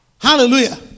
hallelujah